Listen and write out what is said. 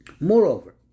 Moreover